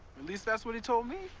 at least that's what he told me.